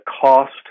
cost